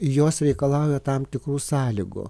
jos reikalauja tam tikrų sąlygų